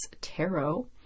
Tarot